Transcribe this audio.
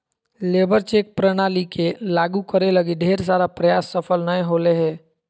labour check प्रणाली के लागु करे लगी ढेर सारा प्रयास सफल नय होले हें